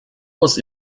was